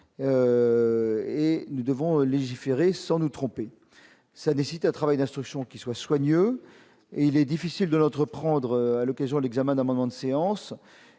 Et. Nous devons légiférer sans nous tromper ça nécessite un travail d'instruction qui soient, soient mieux et il est difficile de l'entreprendre, à l'occasion de l'examen d'moment de séance